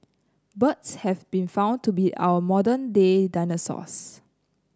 birds have been found to be our modern day dinosaurs